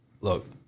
look